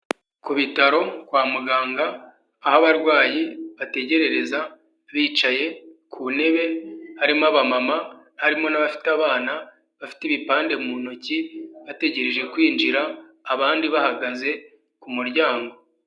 Ku bitaro kwa muganga aho abarwayi bategerereza bicaye ku ntebe, harimo abamama, harimo n'abafite abana bafite ibipande mu ntoki bategereje kwinjira, abandi bahagaze ku muryango.